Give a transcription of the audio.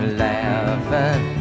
laughing